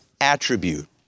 attribute